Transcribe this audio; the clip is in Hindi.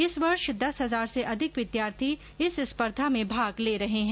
इस वर्ष दस हजार से अधिक विद्यार्थी इस स्पर्धा में भाग ले रहे हैं